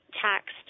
taxed